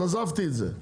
אז עזבתי את זה,